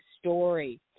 story